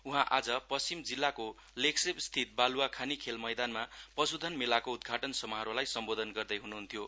उहाँ आज पश्चिम जिल्लाको लेग्शेप स्थित बालुवाखानी खेल मैदानमा पशुधन मेलाको उद्घाटन समारोहलाई सम्बोधन गर्दै हुनुहुन्थ्यो